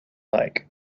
like